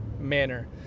manner